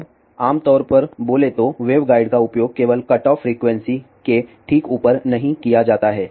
अब आमतौर पर बोले तो वेवगाइड का उपयोग केवल कटऑफ फ्रीक्वेंसी के ठीक ऊपर नहीं किया जाता है